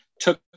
took